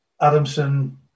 Adamson